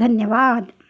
धन्यवाद